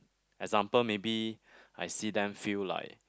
example maybe I see them feel like